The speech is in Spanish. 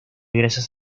gracias